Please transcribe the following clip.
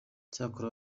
cyokora